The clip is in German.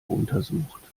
untersucht